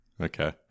Okay